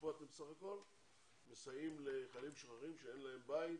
שפה אתם בסך הכול מסייעים לחיילים משוחררים שאין להם בית